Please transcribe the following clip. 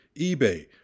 eBay